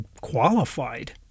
qualified